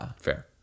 Fair